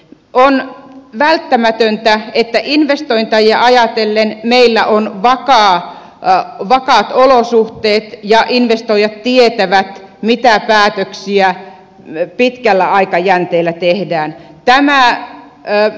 on välttämätöntä että investointeja ajatellen meillä on vakaat olosuhteet ja investoijat tietävät mitä päätöksiä pitkällä aikajänteellä tehdään